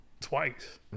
Twice